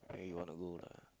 where you wanna go lah